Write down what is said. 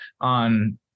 on